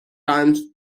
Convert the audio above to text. times